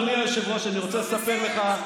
אני רוצה לספר לך,